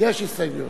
יש הסתייגויות.